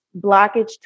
blockage